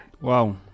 Wow